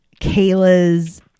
Kayla's